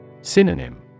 Synonym